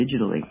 digitally